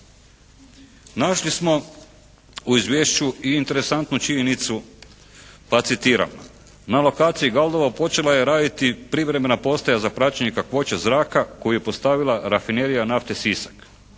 Našli smo u izvješću i interesantnu činjenicu pa citiram: "Na lokaciji Galdovo počela je raditi privremena postaja za praćenje kakvoće zraka koju je postavila rafinerija nafte Sisak